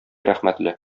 рәхмәтле